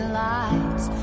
lights